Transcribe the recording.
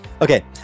Okay